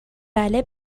بله